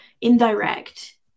indirect